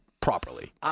properly